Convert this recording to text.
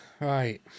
Right